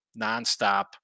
nonstop